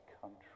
country